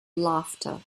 laughter